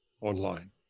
online